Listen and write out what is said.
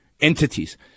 entities